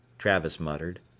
travis muttered.